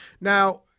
Now